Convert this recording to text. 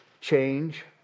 change